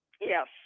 Yes